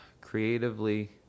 creatively